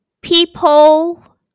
people